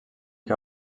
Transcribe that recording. que